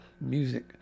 music